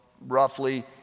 roughly